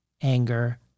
anger